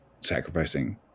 sacrificing